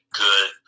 good